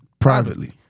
Privately